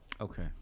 Okay